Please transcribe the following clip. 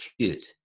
cute